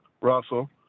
Russell